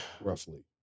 Roughly